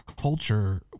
culture